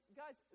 guys